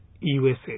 USA